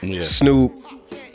Snoop